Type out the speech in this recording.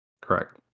Correct